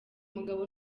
mugabo